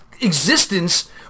existence